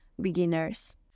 beginners